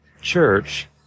Church